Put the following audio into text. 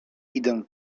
idę